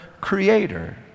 creator